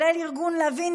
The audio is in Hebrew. כולל ארגון לביא,